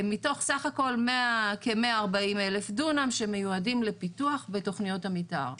מתוך סה"כ כ- 140,000 דונם שמיועדים לפיתוח בתוכניות המתאר.